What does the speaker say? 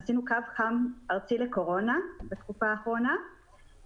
עשינו קו חם ארצי לקורונה בתקופה האחרונה,